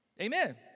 Amen